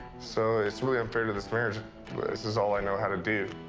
so it's really unfair to this marriage. this is all i know how to do.